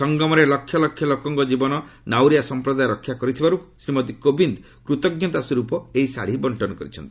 ସଂଗମରେ ଲକ୍ଷ ଲକ୍ଷ ଲୋକଙ୍କ ଜୀବନ ନାଉରିଆ ସମ୍ପ୍ରଦାୟ ରକ୍ଷା କରୁଥିବାରୁ ଶ୍ରୀମତୀ କୋବିନ୍ଦ କୃତଜ୍ଞତା ସ୍ୱରୂପ ଏହି ଶାଢ଼ି ବର୍ଷନ କରିଛନ୍ତି